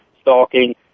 stalking